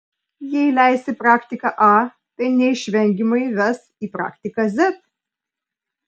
jei leisi praktiką a tai neišvengiamai ves į praktiką z